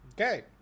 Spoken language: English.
Okay